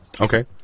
Okay